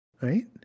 Right